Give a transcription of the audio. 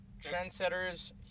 Trendsetters